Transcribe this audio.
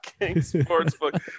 Sportsbook